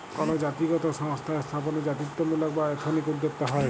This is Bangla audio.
কল জাতিগত সংস্থা স্থাপনে জাতিত্বমূলক বা এথনিক উদ্যক্তা হ্যয়